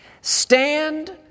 Stand